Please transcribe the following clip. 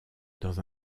dans